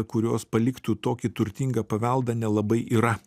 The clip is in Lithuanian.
kurios paliktų tokį turtingą paveldą nelabai yra